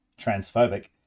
transphobic